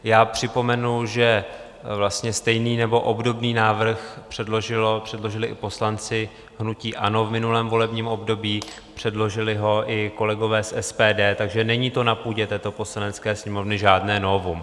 Já připomenu, že vlastně stejný nebo obdobný návrh předložili i poslanci hnutí ANO v minulém volebním období, předložili ho i kolegové z SPD, takže není to na půdě této Poslanecké sněmovny žádné novum.